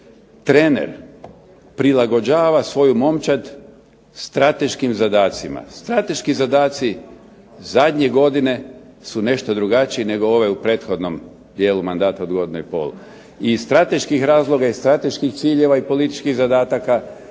trener prilagođava svoju momčad strateškim zadacima, strateški zadaci zadnje godine su nešto drugačije nego u prethodnom dijelu mandata od godinu i pol, iz strateških razloga i strateških ciljeva i političkih zadataka